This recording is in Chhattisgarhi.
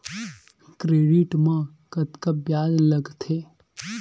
क्रेडिट मा कतका ब्याज लगथे?